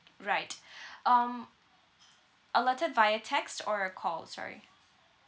right um alerted via text or a call sorry